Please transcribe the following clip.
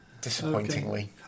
Disappointingly